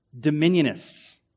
Dominionists